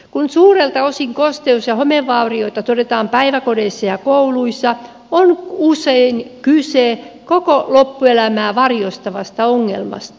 kun suurelta osin kosteus ja homevaurioita todetaan päiväkodeissa ja kouluissa on usein kyse koko loppuelämää varjostavasta ongelmasta